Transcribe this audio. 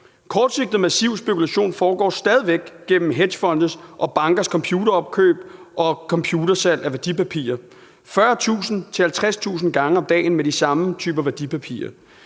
Kortsigtet, massiv spekulation foregår stadig væk gennem hedgefonde og bankers computeropkøb og -salg af værdipapirer 40.000-50.000 gange om dagen med de samme typer værdipapirer.